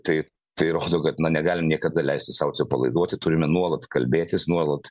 tai tai rodo kad negalim niekada leisti sau atsipalaiduoti turime nuolat kalbėtis nuolat